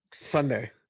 Sunday